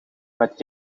met